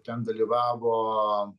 ten dalyvavo